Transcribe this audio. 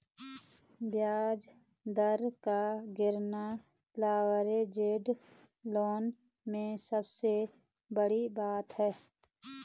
ब्याज दर का गिरना लवरेज्ड लोन में सबसे बड़ी बात है